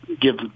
give